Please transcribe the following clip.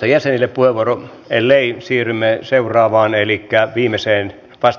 meidän oma maanpuolustusjärjestelmämme on tehokas ja edullinen eikä näitä harjoittelumahdollisuuksia saa tällä